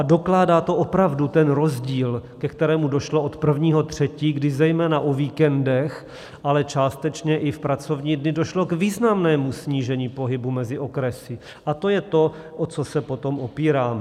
Dokládá to opravdu ten rozdíl, ke kterému došlo od 1. 3., kdy zejména o víkendech, ale částečně i v pracovní dny došlo k významnému snížení pohybu mezi okresy a to je to, o co se potom opíráme.